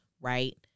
Right